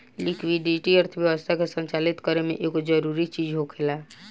liquidity अर्थव्यवस्था के संचालित करे में एगो जरूरी चीज होखेला